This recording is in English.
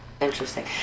Interesting